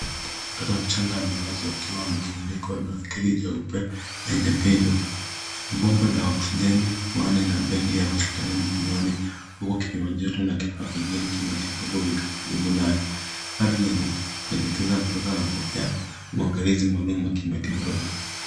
Mtoto mchanga amelazwa akiwa amefunikwa blanketi jeupe lenye pindo. Ana bomba la oksijeni puani na bendi ya hospitali mkononi, huku kipima joto na kifaa kingine cha matibabu vikiwa karibu naye. Hali yanapendekeza mtoto anapokea uangalizi maalum ya kimatibabu.